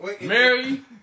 Mary